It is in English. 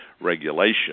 regulation